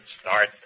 start